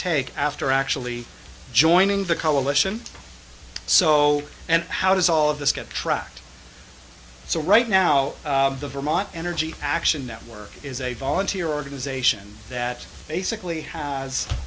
take after actually joining the coalition so and how does all of this get tracked so right now the vermont energy action network is a volunteer organization that basically has